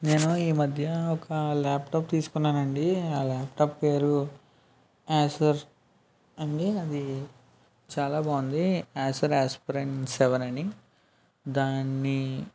నేను ఈ మధ్య ఒక ల్యాప్టాప్ తీసుకున్నానండి ఆ ల్యాప్టాప్ పేరు యాసర్ అని అది చాలా బాగుంది యాసర్ యాస్పిరంట్ సెవెన్ అని దాన్ని